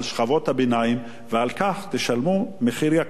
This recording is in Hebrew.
ועל כך תשלמו מחיר יקר ביום הבחירות,